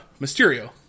Mysterio